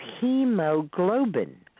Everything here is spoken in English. hemoglobin